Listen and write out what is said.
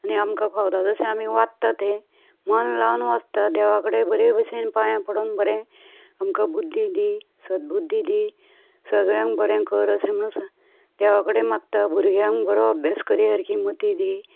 आनी आमकां फावता तशें आमी वाचता तें मन लावन वाचता देवाक बरे बशेन पांयां पडोन बरें आमकां बुद्दी दी सदबुद्दी दी सगळ्यांक बरें कर अशें म्हणोन देवा कडेन मागतात भुरग्यांक बरो अभ्यास करी सारकीं मती दी